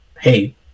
hey